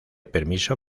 permiso